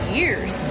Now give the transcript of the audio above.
years